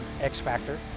X-Factor